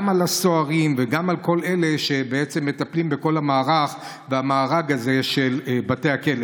גם על הסוהרים וגם על כל אלה שמטפלים בכל המערך והמארג הזה של בתי הכלא.